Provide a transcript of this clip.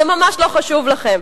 זה ממש לא חשוב לכם.